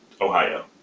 Ohio